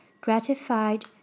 gratified